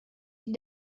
die